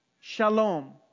Shalom